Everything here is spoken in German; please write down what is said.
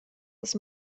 dass